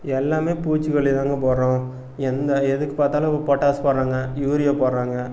எல்லாமே பூச்சிக்கொல்லிதாங்க போடுறோம் எந்த எதுக்கு பார்த்தாலும் பொட்டாசு போடுறாங்க யூரியா போடுறாங்க